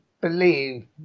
believe